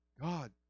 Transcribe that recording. God